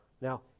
Now